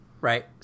Right